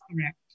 correct